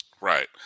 Right